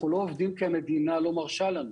אנחנו לא עובדים כי המדינה לא מרשה לנו.